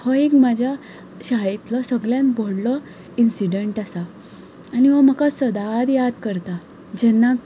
हो एक म्हाज्या शाळेंतलो सगल्यान बरो व्हडलो इन्ससिडंट आसा आनी हो म्हाका सदांच याद करता जेन्ना